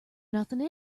nothing